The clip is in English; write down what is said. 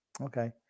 Okay